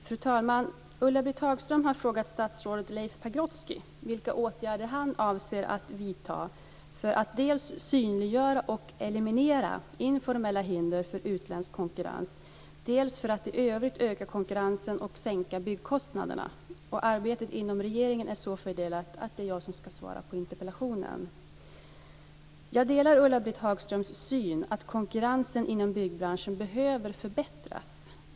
Fru talman! Ulla-Britt Hagström har frågat statsrådet Leif Pagrotsky vilka åtgärder han avser vidta för att dels synliggöra och eliminera informella hinder för utländsk konkurrens, dels i övrigt öka konkurrensen och sänka byggkostnaderna. Arbetet inom regeringen är så fördelat att det är jag som ska svara på interpellationen. Jag delar Ulla-Britt Hagströms syn att konkurrensen inom byggbranschen behöver förbättras.